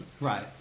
Right